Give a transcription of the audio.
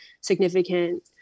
significant